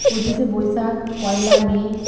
পঁচিশে বৈশাখ পয়লা মে